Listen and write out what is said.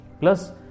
Plus